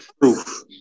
proof